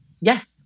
Yes